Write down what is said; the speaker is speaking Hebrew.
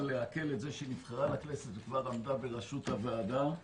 לעכל את זה שהיא נבחרה לכנסת וכבר עמדה בראשות הוועדה,